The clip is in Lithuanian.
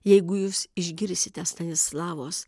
jeigu jūs išgirsite stanislavos